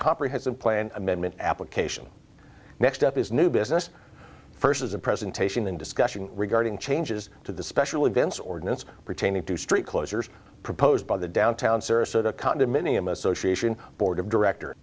comprehensive plan amendment application nextstep is new business first as a presentation in discussion regarding changes to the special events ordinance pertaining to street closures proposed by the downtown sarasota condominium association board of directors